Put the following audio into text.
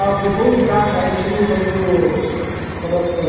um before we start i actually would like to sort of